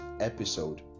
episode